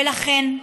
ולכן,